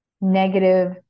negative